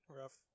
rough